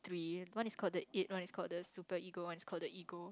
one is called the it one is called the super ego one is called the ego